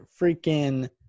freaking